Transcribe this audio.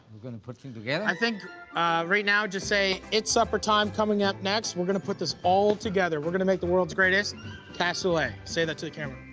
we're gonna put them together? i think right now, just say, it's suppertime! coming up next, we're gonna put this all together. we're gonna make the world's greatest cassoulet. say that to the